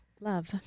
love